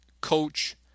coach